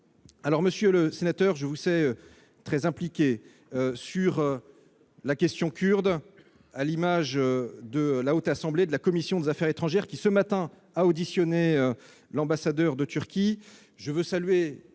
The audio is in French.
Monsieur le sénateur, je vous sais très impliqué sur la question kurde, à l'image de la Haute Assemblée et de sa commission des affaires étrangères, qui, ce matin, a auditionné l'ambassadeur de Turquie. Je veux saluer